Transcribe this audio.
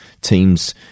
teams